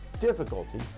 difficulty